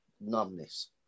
numbness